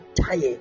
tired